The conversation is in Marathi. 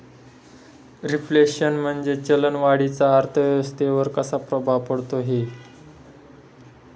रिफ्लेशन म्हणजे चलन वाढीचा अर्थव्यवस्थेवर कसा प्रभाव पडतो है?